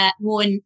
worn